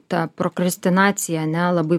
ta prokrestinacija ane labai